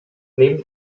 neben